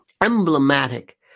emblematic